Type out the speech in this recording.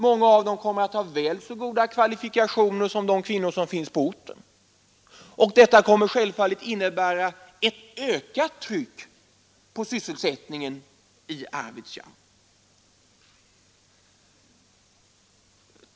Många av dem kommer att ha väl så goda kvalifikationer som de kvinnor som tidigare finns på orten, och detta kommer självfallet att innebära ett ökat tryck i fråga om sysselsättningen i Arvidsjaur.